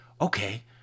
okay